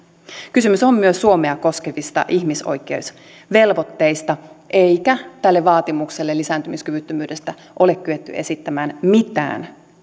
kysymys on myös suomea koskevista ihmisoikeusvelvoitteista eikä tälle vaatimukselle lisääntymiskyvyttömyydestä ole kyetty esittämään mitään